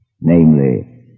namely